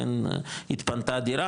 התפנתה דירה,